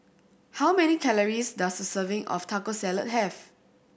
how many calories does a serving of Taco Salad have